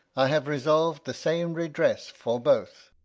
i have resolv'd the same redress for both.